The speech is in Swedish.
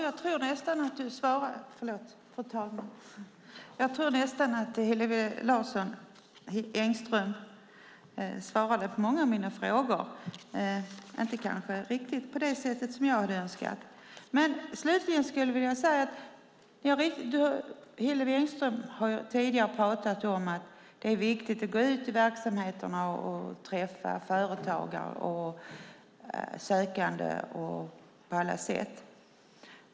Fru talman! Jag tror nästan att Hillevi Engström svarade på de flesta av mina frågor, men kanske inte riktigt på det sätt som jag hade önskat. Hillevi Engström har tidigare talat om att det är viktigt att gå ut i verksamheterna och träffa företagare och sökande på alla sätt.